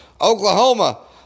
Oklahoma